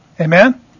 Amen